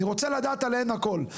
אני רוצה לדעת עליהן הכל.